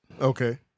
Okay